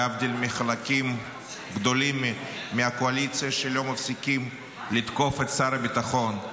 להבדיל מחלקים גדולים מהקואליציה שלא מפסיקים לתקוף את שר הביטחון,